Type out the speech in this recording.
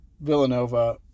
Villanova